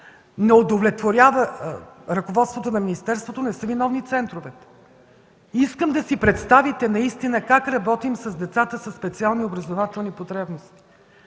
не удовлетворяват ръководството на министерството, не са виновни центровете. Искам да си представите наистина как работим с децата със специални образователни потребности.